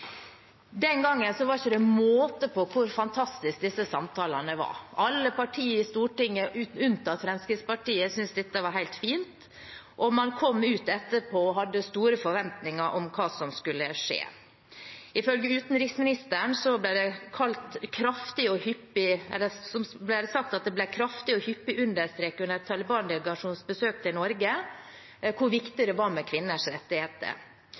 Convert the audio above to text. Den gangen var det ikke måte på hvor fantastisk disse samtalene var. Alle partiene på Stortinget, unntatt Fremskrittspartiet, syntes dette var helt fint, og etterpå kom man ut og hadde store forventninger om hva som skulle skje. Ifølge utenriksministeren ble det sagt at det under Taliban-delegasjonens besøk til Norge ble kraftig og hyppig understreket hvor viktig det var med kvinners rettigheter. Tidligere Arbeiderparti-politiker og